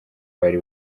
bari